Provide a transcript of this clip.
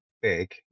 big